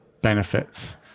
benefits